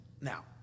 now